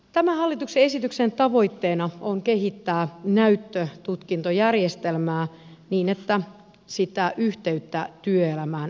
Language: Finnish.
tämän hallituksen esityksen tavoitteena on kehittää näyttötutkintojärjestelmää niin että yhteyttä työelämään vahvistetaan